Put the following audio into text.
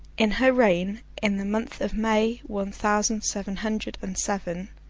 in her reign, in the month of may, one thousand seven hundred and seven,